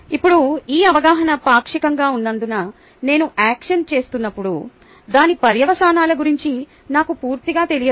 ఇప్పుడు ఈ అవగాహన పాక్షికంగా ఉన్నందున నేను యాక్షన్ చేస్తున్నప్పుడు దాని పర్యవసానాల గురించి నాకు పూర్తిగా తెలియదు